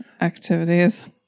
activities